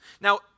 Now